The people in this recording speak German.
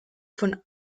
von